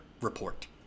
report